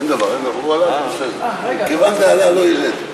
אין דבר, אין דבר, כיוון דעלה, לא ירד.